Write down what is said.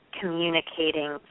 communicating